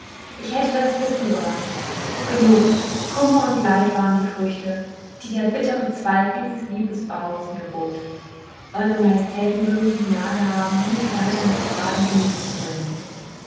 ich hätte das wissen sollen genug kummer und leid waren die früchte die der bittre zweig dieses liebesbaumes mir bot eure majestäten mögen die gnade haben nicht weiter mit fragen in mich zu dringen